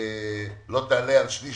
לא יעלה על שליש